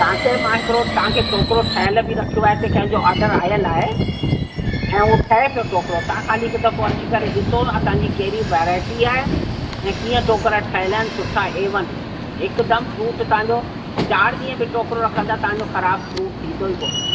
तव्हांखे मां हिकिड़ो तव्हांखे टोकरो ठहियल बि रखियो आहे हिते कंहिंजो ऑडर आयल आहे ऐं उहो ठहे पियो टोकरो तव्हां ख़ाली हिकु दफ़ो अची करे ॾिसो असांजी कहिड़ी वैराएटी आहे ऐं कीअं टोकरा ठहियल आहिनि सुठा एवन हिकदमि फ्रूट तव्हांजो चारि ॾींहं बि टोकरो रखंदा त तव्हांजो ख़राबु फ्रूट थींदो ई काने